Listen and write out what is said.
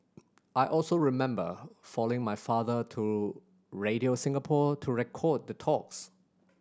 I also remember following my father to Radio Singapore to record the talks